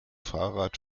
fahrrad